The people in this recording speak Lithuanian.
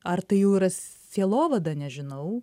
ar tai jau yra sielovada nežinau